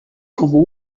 como